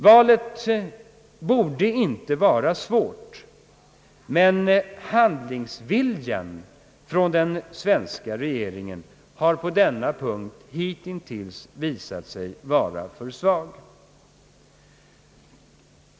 Valet borde inte vara svårt, men handlingsviljan hos den svenska regeringen har på den punkten hitintills visat sig vara för svag.